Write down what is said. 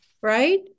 Right